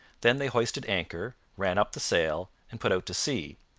then they hoisted anchor, ran up the sail, and put out to sea,